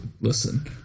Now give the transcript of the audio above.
listen